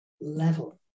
level